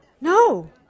No